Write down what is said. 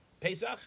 Pesach